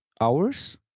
hours